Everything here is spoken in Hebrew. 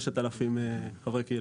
5,000 חברי קהילה.